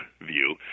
view